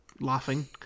laughing